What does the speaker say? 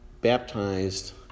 baptized